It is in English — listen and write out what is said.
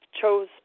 chose